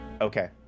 Okay